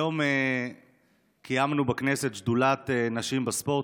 היום קיימנו בכנסת שדולת נשים בספורט.